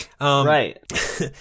Right